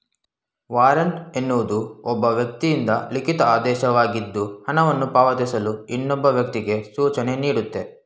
warrant ಎನ್ನುವುದು ಒಬ್ಬ ವ್ಯಕ್ತಿಯಿಂದ ಲಿಖಿತ ಆದೇಶವಾಗಿದ್ದು ಹಣವನ್ನು ಪಾವತಿಸಲು ಇನ್ನೊಬ್ಬ ವ್ಯಕ್ತಿಗೆ ಸೂಚನೆನೀಡುತ್ತೆ